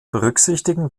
berücksichtigen